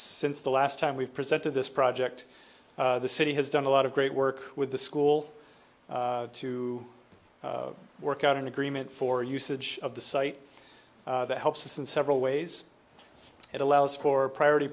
since the last time we've presented this project the city has done a lot of great work with the school to work out an agreement for usage of the site that helps us in several ways it allows for priority